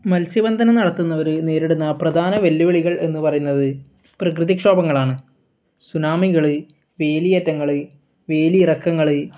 മത്സ്യബന്ധനം നടത്തുന്നവർ നേരിടുന്ന പ്രധാന വെല്ലുവിളികൾ എന്ന് പറയുന്നത് പ്രകൃതി ക്ഷോഭങ്ങളാണ് സുനാമികൾ വേലിയേറ്റങ്ങൾ വേലിയിറക്കങ്ങൾ